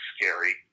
scary